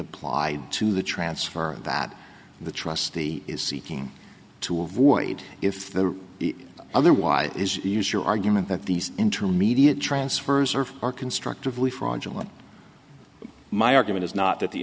applied to the transfer and that the trustee is seeking to avoid if the other why is use your argument that these intermediate transfers are more constructively fraudulent my argument is not that the